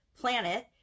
planet